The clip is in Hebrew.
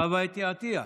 חוה אתי עטייה?